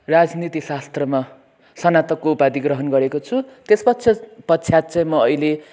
राजनीतिशास्त्रमा स्नातकको उपाधि ग्रहण गरेको छु त्यसपश्चात पश्चात चाहिँ म अहिले